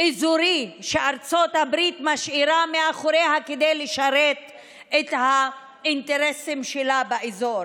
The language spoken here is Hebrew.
אזורי שארצות הברית משאירה מאחוריה כדי לשרת את האינטרסים שלה באזור.